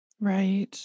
Right